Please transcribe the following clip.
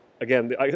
Again